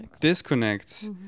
disconnects